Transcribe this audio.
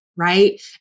right